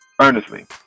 earnestly